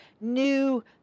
new